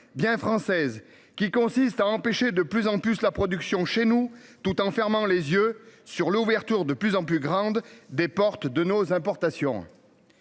bien française qui consiste à empêcher de plus en plus la production chez nous tout en fermant les yeux sur l'ouverture de plus en plus grande des portes de nos importations.